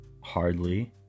hardly